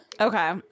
Okay